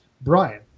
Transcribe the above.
Brian